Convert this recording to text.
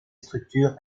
structures